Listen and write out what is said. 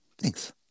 thanks